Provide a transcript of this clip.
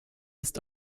ist